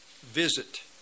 visit